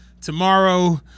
tomorrow